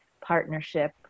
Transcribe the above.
partnership